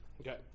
Okay